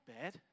bad